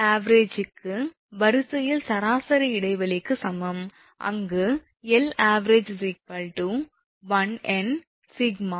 𝐿𝑎𝑣𝑔 க்கு வரிசையில் சராசரி இடைவெளிக்கு சமம் அங்கு 𝐿𝑎𝑣𝑔 1𝑛Σ𝐿𝑖𝑛𝑖 1